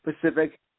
Pacific